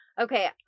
Okay